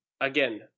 again